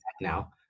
now